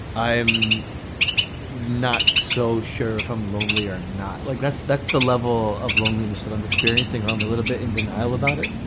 i'm not so sure if i'm lonely or not, like that's that's the level of loneliness that i'm experiencing. i'm a little bit in denial about it.